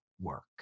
work